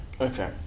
Okay